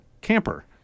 camper